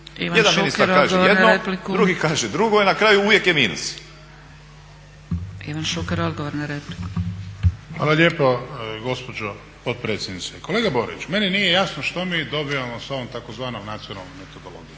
Jedan ministar kaže jedno, drugi kaže drugo i na kraju uvijek je minus. **Zgrebec, Dragica (SDP)** Ivan Šuker, odgovor na repliku. **Šuker, Ivan (HDZ)** Hvala lijepo gospođo potpredsjednice. Kolega Boriću, meni nije jasno što mi dobivamo sa ovom tzv. nacionalnom metodologijom,